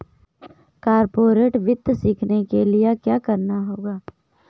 corporate वित्त सीखने के लिया क्या करना होगा